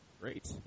Great